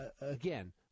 again